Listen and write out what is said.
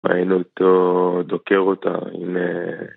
ראינו אותו, דוקר אותה, עם...